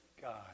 God